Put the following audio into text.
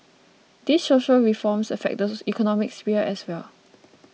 these social reforms affect those economic sphere as well